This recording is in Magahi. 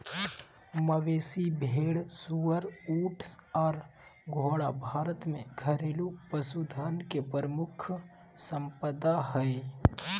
मवेशी, भेड़, सुअर, ऊँट आर घोड़ा भारत में घरेलू पशुधन के प्रमुख संपदा हय